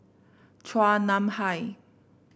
Chua Nam Hai